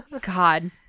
god